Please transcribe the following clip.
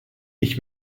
ich